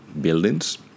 buildings